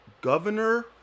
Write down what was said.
governor